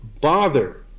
bother